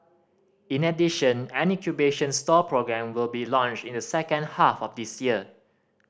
in addition an incubation stall programme will be launched in the second half of this year